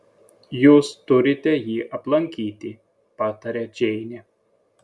jūs turite jį aplankyti pataria džeinė